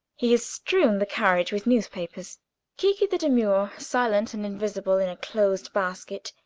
he has strewn the carriage with newspapers kiki-the-demure, silent and invisible in a closed basket,